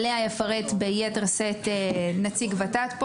ועליה יפרט יותר נציג ות"ת,